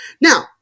Now